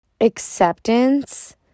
Acceptance